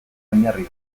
oinarri